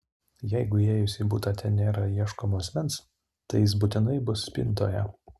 jeigu įėjus į butą ten nėra ieškomo asmens tai jis būtinai bus spintoje